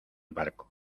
barco